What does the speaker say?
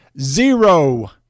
zero